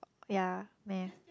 ya math